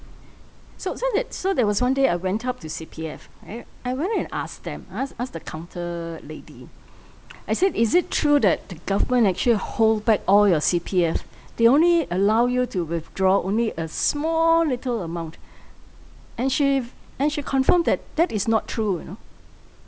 so so that so there was one day I went up to C_P_F right I went and asked them asked asked the counter lady I said is it true that the government actually hold back all your C_P_F they only allow you to withdraw only a small little amount and she and she confirmed that that is not true you know